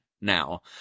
now